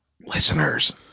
Listeners